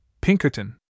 Pinkerton